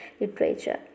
literature